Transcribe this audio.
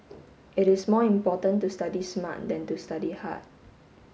it is more important to study smart than to study hard